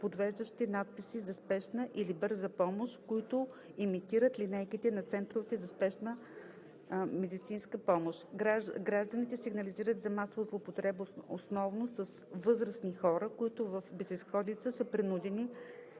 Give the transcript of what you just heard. подвеждащи надписи за Спешна или Бърза помощ, които имитират линейките на центровете за спешна медицинска помощ; - гражданите сигнализират за масова злоупотреба основно с възрастни хора, които в безизходицата си са принудени